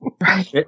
Right